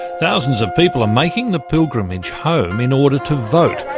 thousands of people are making the pilgrimage home in order to vote.